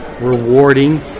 rewarding